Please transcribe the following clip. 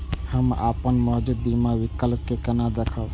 हम अपन मौजूद बीमा विकल्प के केना देखब?